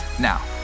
Now